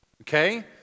Okay